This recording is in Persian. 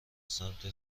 سمت